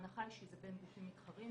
ההנחה היא שזה בין גופים מתחרים,